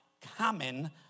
Common